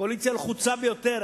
קואליציה לחוצה ביותר,